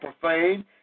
profane